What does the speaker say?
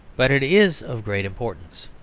but it is of great importance.